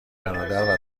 برادر